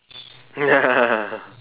ya